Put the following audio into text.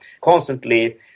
constantly